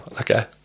Okay